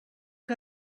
que